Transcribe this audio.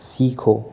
सीखो